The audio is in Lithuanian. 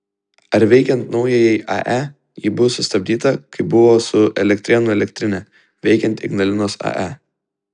ar veikiant naujajai ae ji bus sustabdyta kaip buvo su elektrėnų elektrine veikiant ignalinos ae